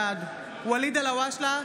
בעד ואליד אלהואשלה,